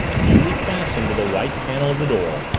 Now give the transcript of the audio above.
neatly fastened to the white panel of the door,